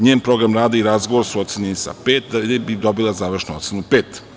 Njen program rada i razgovor su ocenjeni sa „pet“, da bi dobila završnu ocenu „pet“